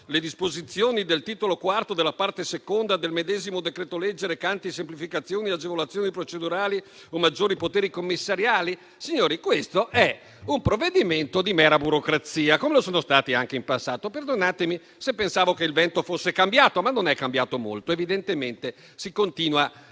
le disposizioni del titolo IV della parte seconda del medesimo decreto-legge recante semplificazioni e agevolazioni procedurali con maggiori poteri commissariali? Signori, questo è un provvedimento di mera burocrazia, come lo sono stati anche quelli approvati in passato. Perdonatemi, se pensavo che il vento fosse cambiato, ma non è cambiato molto. Evidentemente, si continuano